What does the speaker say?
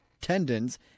tendons